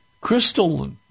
crystal